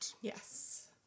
Yes